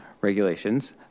regulations